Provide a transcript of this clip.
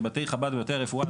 כבתי חב"ד ובתי הרפואה,